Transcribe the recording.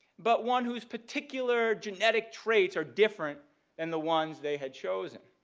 but one whose particular genetic traits are different than the ones they had chosen